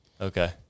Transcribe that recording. Okay